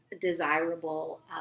Desirable